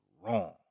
wrong